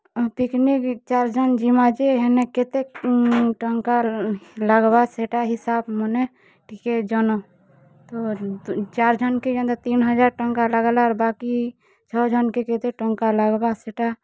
picnic ଚାର ଜନ୍ ଯିମା ଯେ ହେନେ କେତେ ଟଙ୍କା ଲାଗବା ସେଇଟା ହିସାବ ମନେ ଟିକେ ଜନ ତ ଚାର୍ ଜନ୍ କେ କେନ୍ତା ତିନ୍ ହଜାର୍ ଟଙ୍କା ଲାଗଲା ଆର୍ ବାକି ଛ ଜନ୍ କେ କେତେ ଟଙ୍କା ଲାଗବା ସେଟା